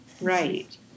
Right